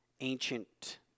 ancient